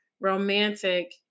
romantic